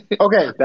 Okay